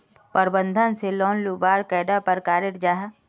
प्रबंधन से लोन लुबार कैडा प्रकारेर जाहा?